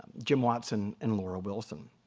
jim watson and laura wilson.